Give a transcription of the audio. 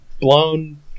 blown